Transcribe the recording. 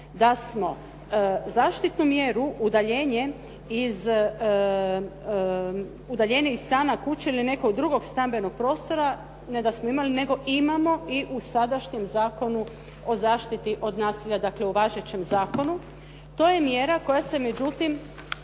da smo zaštitnu mjeru udaljenje iz stana, kuće ili nekog drugog stambenog prostora, ne da smo imali nego imamo i u sadašnjem Zakonu o zaštiti od nasilja, dakle u važećem zakonu. To je mjera koja se međutim